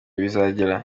bizagera